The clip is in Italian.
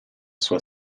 sua